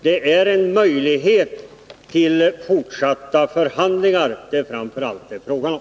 Det är en möjlighet till fortsatta förhandlingar det framför allt rör sig om.